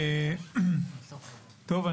טוב.